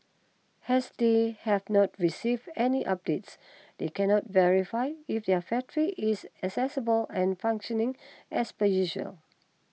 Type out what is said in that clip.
has they have not received any updates they cannot verify if their factory is accessible and functioning as per usual